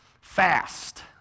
fast